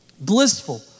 Blissful